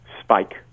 spike